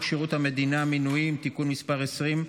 שירות המדינה (מינויים) (תיקון מס' 20),